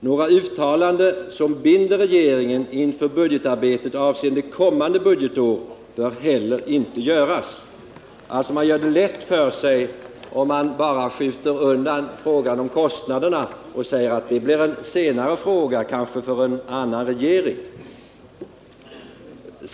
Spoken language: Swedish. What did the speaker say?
Några uttalanden, som binder regeringen inför budgetarbeten avseende kommande budgetår, bör heller inte göras.” Man gör det lätt för sig om man bara skjuter undan frågan om kostnaderna och säger att det blir en senare fråga, kanske för en annan regering.